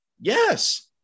Yes